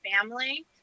family